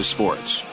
Sports